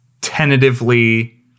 tentatively